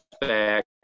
back